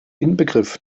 inbegriff